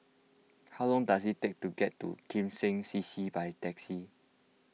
how long does it take to get to Kim Seng C C by taxi